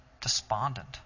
despondent